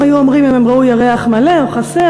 הם היו אומרים אם הם ראו ירח מלא או חסר,